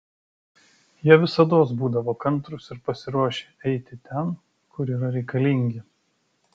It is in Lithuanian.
jie visados būdavo kantrūs ir pasiruošę eiti ten kur yra reikalingi